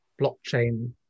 blockchain